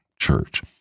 church